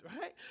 right